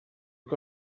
que